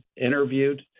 interviewed